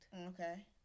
Okay